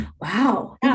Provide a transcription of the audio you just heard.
Wow